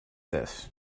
this